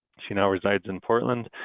she now resides in portland,